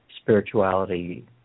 spirituality